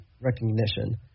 recognition